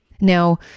Now